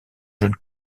jeune